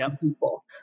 people